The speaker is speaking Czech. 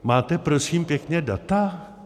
Máte, prosím pěkně, data?